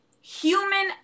human